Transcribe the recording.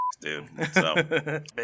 dude